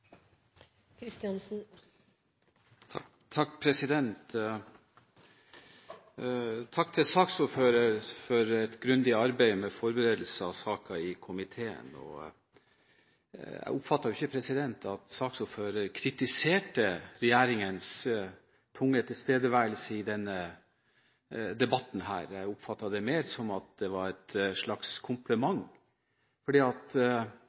kultursatsing. Takk til saksordføreren for et grundig arbeid med forberedelsen av saken i komiteen. Jeg oppfattet ikke at saksordføreren kritiserte regjeringens tunge tilstedeværelse i denne debatten; jeg oppfattet det mer som at det var en slags